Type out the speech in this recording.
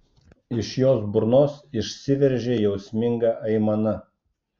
iš jos burnos išsiveržė jausminga aimana